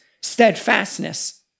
steadfastness